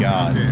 God